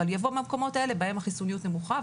יבוא מהמקומות האלה בהם החיסוניות נמוכה.